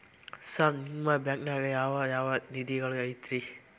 Sir ನಿಮ್ಮ ಬ್ಯಾಂಕನಾಗ ಯಾವ್ ಯಾವ ನಿಧಿಗಳು ಐತ್ರಿ?